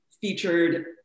featured